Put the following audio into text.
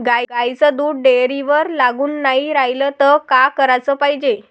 गाईचं दूध डेअरीवर लागून नाई रायलं त का कराच पायजे?